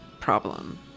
problem